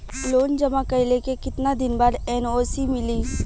Loan जमा कइले के कितना दिन बाद एन.ओ.सी मिली?